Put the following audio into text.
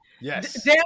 yes